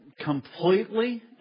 completely